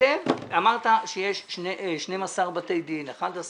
אמרת שיש 12 בתי דין, 11,